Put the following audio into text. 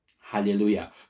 Hallelujah